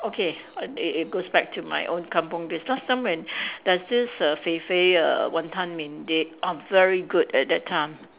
okay it it goes back to my own kampung days last time when there's this err Fei Fei err Wanton-Mian they are very good at that time